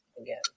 again